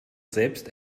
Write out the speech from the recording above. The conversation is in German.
selbst